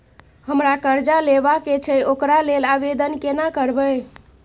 हमरा कर्जा लेबा के छै ओकरा लेल आवेदन केना करबै?